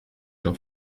jean